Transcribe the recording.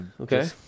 okay